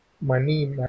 Money